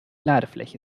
ladefläche